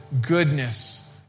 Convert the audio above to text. goodness